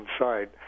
inside